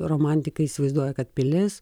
romantikai įsivaizduoja kad pilis